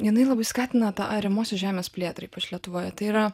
jinai labai skatina tą ariamosios žemės plėtrą ypač lietuvoje tai yra